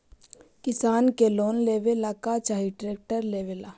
किसान के लोन लेबे ला का चाही ट्रैक्टर लेबे ला?